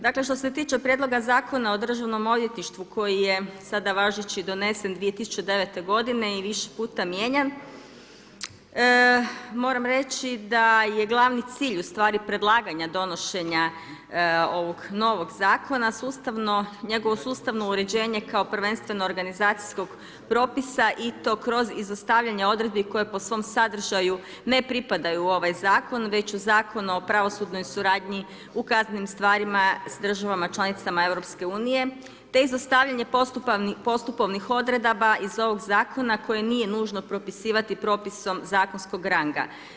Dakle, što se tiče Prijedlog zakona o Državnom odvjetništvu koji je sada važeći donesen 2009. godine i više puta mijenjan, moram reći da je glavni cilj ustvari predlaganja donošenja ovog novog zakona sustavno, njegovo sustavno uređenje kao prvenstveno organizacijskog propisa i to kroz izostavljanje odredbi koje po svom sadržaju ne pripadaju u ovoj zakon, već u Zakon o pravosudnoj suradnji u kaznenim stvarima sa državama članicama Europske unije te izostavljanje postupovnih odredaba iz ovoga zakona koje nije nužno propisivati propisom zakonskog ranga.